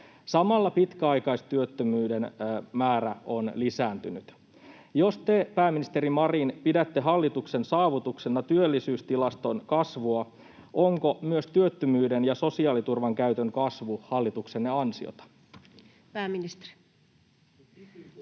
Samalla pitkäaikaistyöttömyyden määrä on lisääntynyt. Jos te, pääministeri Marin, pidätte hallituksen saavutuksena työllisyystilaston kasvua, onko myös työttömyyden ja sosiaaliturvan käytön kasvu hallituksenne ansiota? Pääministeri.